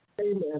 Amen